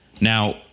Now